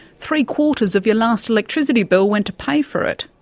three-quarters of your last electricity bill went to pay for it.